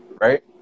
right